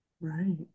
Right